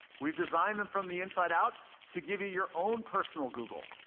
we've designed them from the inside out to give you your own personal google,